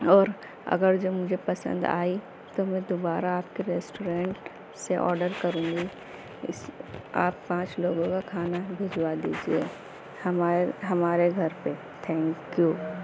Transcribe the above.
اور اگر جو مجھے پسند آئی تو میں دوبارہ آپ کے ریسٹورینٹ سے آڈر کروں گی اس آپ پانچ لوگوں کا کھانا بھجوا دیجیے ہمارے ہمارے گھر پہ تھینک یو